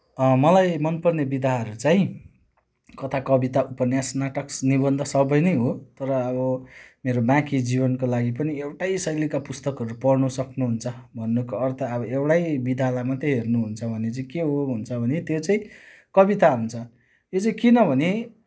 मलाई मनपर्ने विधाहरू चाहिँ कथा कविता उपन्यास नाटक निबन्ध सबै नै हो तर अब मेरो बाँकी जीवनको लागि पनि एउटै शैलीका पुस्तकहरू पढ्नु सक्नुहुन्छ भन्नुको अर्थ अब एउटै विधालाई मात्रै हेर्नुहुन्छ भने चाहिँ के हो हुन्छ भने त्यो चाहिँ कविता हुन्छ त्यो चाहिँ किनभने